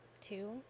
two